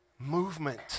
movement